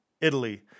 Italy